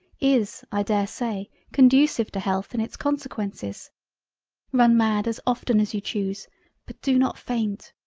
is i dare say conducive to health in its consequences run mad as often as you chuse but do not faint